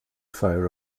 fire